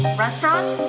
restaurant